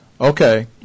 okay